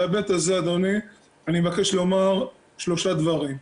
בהיבט הזה, אדוני, אני מבקש לומר שלושה דברים: